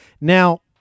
now